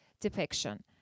depiction